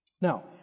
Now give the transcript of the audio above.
Now